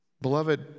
Beloved